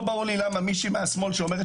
לא ברור לי למה מישהי מהשמאל שאומרת